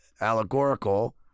allegorical